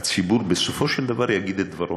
הציבור בסופו של דבר יגיד את דברו.